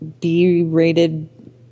B-rated